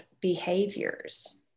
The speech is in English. behaviors